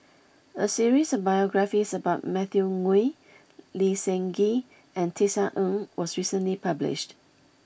a series of biographies about Matthew Ngui Lee Seng Gee and Tisa Ng was recently published